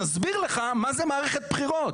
שנסביר לך מה זה מערכת בחירות.